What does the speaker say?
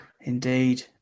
indeed